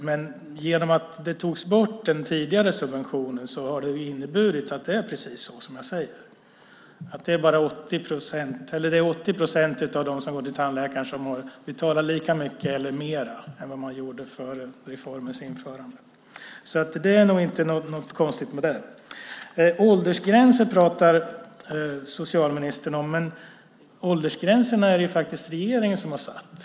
Men genom att den tidigare subventionen togs bort är det precis som jag säger: Det är 80 procent av dem som går till tandläkaren som betalar lika mycket eller mer än man gjorde före reformens införande. Så det är inget konstigt med det. Åldersgränser pratar socialministern om. Men åldersgränserna är det ju faktiskt regeringen som har satt.